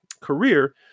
career